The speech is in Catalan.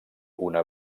una